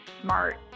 smart